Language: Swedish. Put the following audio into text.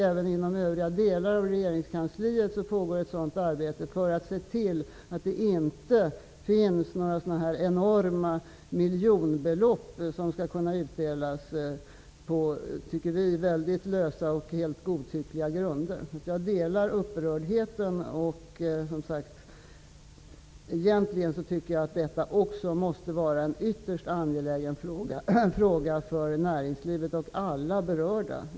Även inom övriga delar inom regeringskansliet pågår ett sådant arbete för att se till att det inte finns några avtal om enorma miljonbelopp som skulle kunna utdelas på, tycker vi, väldigt lösa och helt godtyckliga grunder. Jag instämmer i upprördheten. Egentligen tycker jag att detta måste vara en ytterst angelägen fråga för näringslivet och alla berörda.